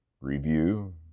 review